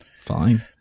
fine